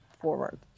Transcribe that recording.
forward